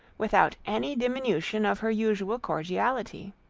without any diminution of her usual cordiality